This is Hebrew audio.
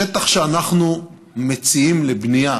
השטח שאנחנו מציעים לבנייה